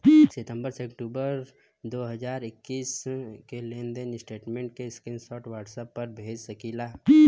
सितंबर से अक्टूबर दो हज़ार इक्कीस के लेनदेन स्टेटमेंट के स्क्रीनशाट व्हाट्सएप पर भेज सकीला?